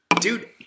Dude